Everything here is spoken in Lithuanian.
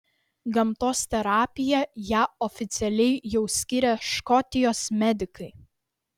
gamtos terapija ją oficialiai jau skiria škotijos medikai